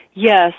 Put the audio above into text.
Yes